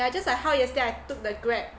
yeah just like how yesterday I took the Grab